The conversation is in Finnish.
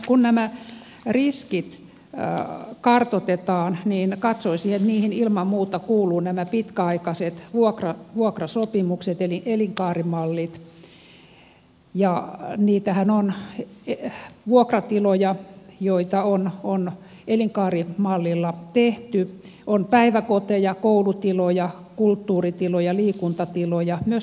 kun nämä riskit kartoitetaan niin katsoisin että niihin ilman muuta kuuluvat nämä pitkäaikaiset vuokrasopimukset eli elinkaarimallit ja niitähän on vuokratiloja joita on elinkaarimallilla tehty on päiväkoteja koulutiloja kulttuuritiloja liikuntatiloja myös toimistotiloja